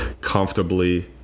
comfortably